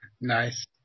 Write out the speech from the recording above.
Nice